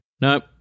Nope